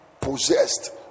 possessed